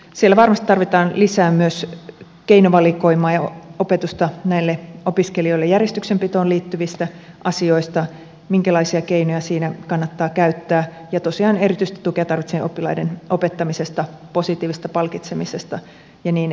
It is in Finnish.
siellä varmasti tarvitaan lisää myös keinovalikoimaa ja opetusta näille opiskelijoille järjestyksenpitoon liittyvistä asioista minkälaisia keinoja siinä kannattaa käyttää ja tosiaan erityistä tukea tarvitsevien oppilaiden opettamisesta positiivisesta palkitsemisesta ja niin edelleen